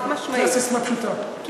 חד-משמעית.